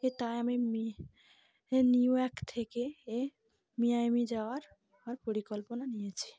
এ তাই আমি New York থেকে এ মিয়ামি যাওয়ার আম পরিকল্পনা নিয়েছি